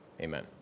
Amen